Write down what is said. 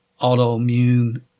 autoimmune